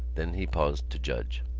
then he paused to judge.